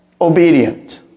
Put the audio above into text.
obedient